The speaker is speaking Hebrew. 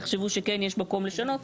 יחשבו שכן יש מקום לשנות,